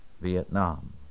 Vietnam